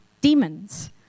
Demons